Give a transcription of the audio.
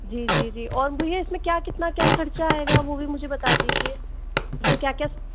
जी जी जी और भैया इसमें क्या कितना क्या खर्चा आएगा वो भी मुझे बता दीजिए मतलब क्या क्या